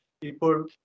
people